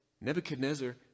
Nebuchadnezzar